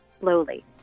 slowly